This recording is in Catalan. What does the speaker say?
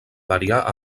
variar